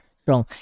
strong